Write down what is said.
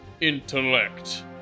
intellect